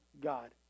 God